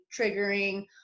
triggering